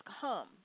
come